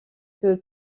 que